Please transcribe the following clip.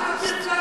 אל תטיף לנו מוסר,